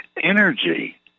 energy